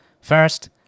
First